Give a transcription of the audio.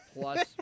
Plus